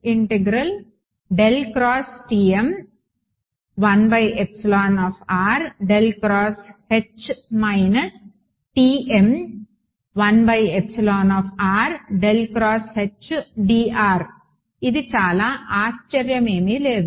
ఇక్కడ చాలా ఆశ్చర్యం ఏమీ లేదు